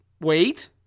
Wait